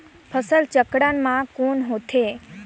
फसल चक्रण मा कौन होथे?